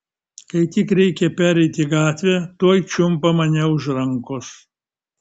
kai tik reikia pereiti gatvę tuoj čiumpa mane už rankos